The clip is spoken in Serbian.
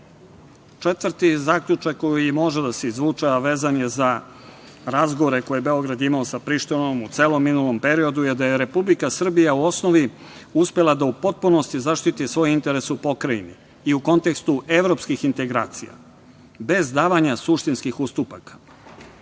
opština. Četvrti zaključak koji može da se izvuče, a vezan je za razgovore koje je Beograd imao sa Prištinom u celom minulom periodu je da je Republika Srbija u osnovi uspela da u potpunosti zaštiti svoj interes u pokrajini i u kontekstu evropskih integracija, bez davanja suštinskih ustupaka. Uprkos